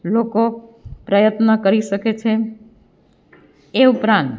લોકો પ્રયત્ન કરી શકે છે એ ઉપરાંત